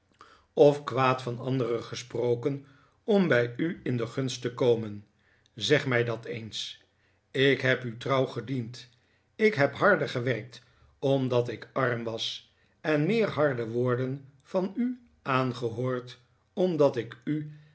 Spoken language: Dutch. of kwaad van anderen gesproken om bij u in de gunst te komen zeg mij dat eens ik heb u trouw gediend ik heb harder gewerkt omdat ik arm was en meer harde woarden van u aangehoord omdat ik u